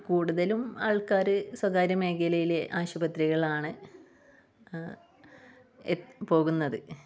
കൂടുതലും ആൾക്കാർ സ്വകാര്യ മേഖലയിലെ ആശുപത്രികളാണ് പോകുന്നത്